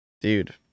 Dude